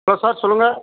hello sir சொல்லுங்கள்